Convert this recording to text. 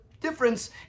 difference